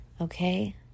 okay